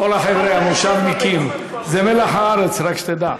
כל החברים המושבניקים זה מלח הארץ, רק שתדע.